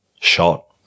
shot